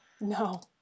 No